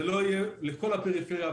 זה לא יהיה לכל הפריפריה,